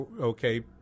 Okay